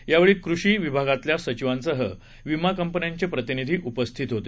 यावेळी कृषी विभागातल्या सचिवांसह विमा कंपन्याचे प्रतिनिधी उपस्थित होते